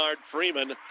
Freeman